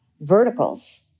verticals